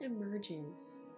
emerges